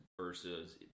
versus